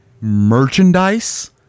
merchandise